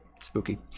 Spooky